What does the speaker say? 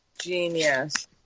Genius